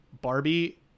Barbie